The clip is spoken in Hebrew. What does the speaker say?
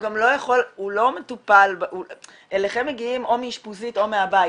הוא גם לא יכול --- אליכם מגיעים או מאשפוזית או מהבית,